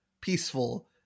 peaceful